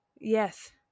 Yes